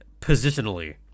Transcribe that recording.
positionally